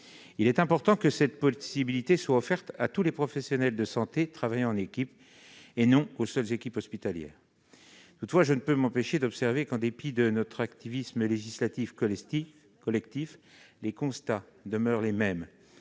Il est important que cette possibilité soit offerte à tous les professionnels de santé travaillant en équipe, et non aux seules équipes hospitalières. Toutefois, je ne puis m'empêcher d'observer que, en dépit de notre activisme législatif collectif, les constats demeurent inchangés